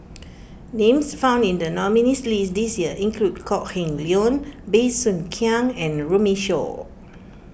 names found in the nominees' list this year include Kok Heng Leun Bey Soo Khiang and Runme Shaw